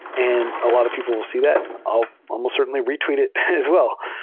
and a lot of people will see that, and i'll almost certainly re-tweet it as wel l.